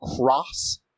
cross